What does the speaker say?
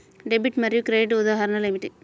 Debit మరియు credit ఉదాహరణలు ఏమిటీ?